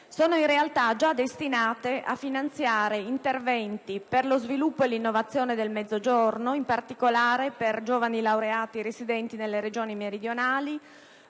sono in realtà già destinate a finanziare interventi per lo sviluppo e l'innovazione del Mezzogiorno, in particolare per giovani laureati residenti nelle Regioni meridionali,